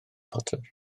potter